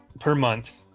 per month